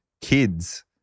kids